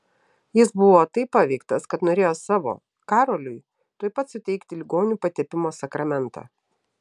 jis buvo taip paveiktas kad norėjo savo karoliui tuoj pat suteikti ligonių patepimo sakramentą